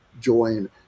join